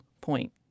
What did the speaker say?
point